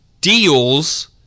deals